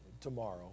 tomorrow